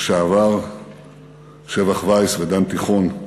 לשעבר שבח וייס ודן תיכון,